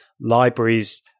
libraries